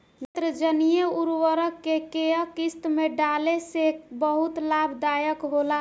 नेत्रजनीय उर्वरक के केय किस्त में डाले से बहुत लाभदायक होला?